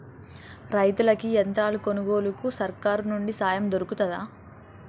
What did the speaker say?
రైతులకి యంత్రాలు కొనుగోలుకు సర్కారు నుండి సాయం దొరుకుతదా?